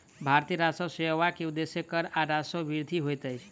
भारतीय राजस्व सेवा के उदेश्य कर आ राजस्वक वृद्धि होइत अछि